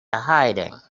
hiding